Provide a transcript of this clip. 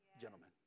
gentlemen